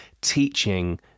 teaching